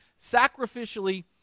sacrificially